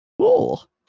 Cool